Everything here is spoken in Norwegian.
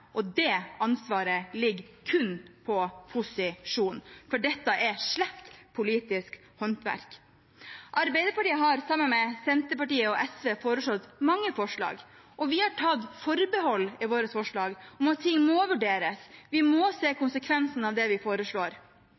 og det ansvaret ligger kun på posisjonen, for dette er slett politisk håndverk. Arbeiderpartiet har, sammen med Senterpartiet og SV, foreslått mange forslag, og vi har tatt forbehold i våre forslag om at ting må vurderes, at vi må se konsekvensen av det vi foreslår.